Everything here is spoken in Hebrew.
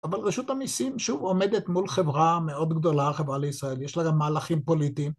אבל רשות המיסים שוב עומדת מול חברה מאוד גדולה, חברה לישראל, יש לה גם מהלכים פוליטיים.